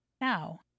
Now